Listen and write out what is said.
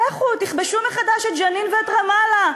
תכבשו מחדש את ג'נין ואת רמאללה,